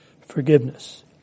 forgiveness